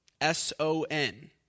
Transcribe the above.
S-O-N